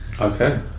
Okay